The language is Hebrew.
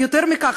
ויותר מכך,